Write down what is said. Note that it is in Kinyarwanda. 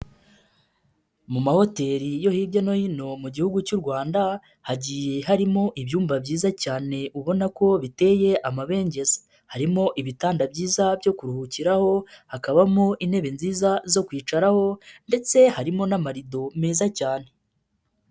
Mu mahoteli yo hirya no hino mu gihugu cy'u Rwanda, hagiye harimo ibyumba byiza cyane ubona ko biteye amabengeza, harimo ibitanda byiza byo kuruhukiramo, hakabamo intebe nziza zo kwicaraho ndetse harimo n'amarido meza cyane.